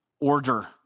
order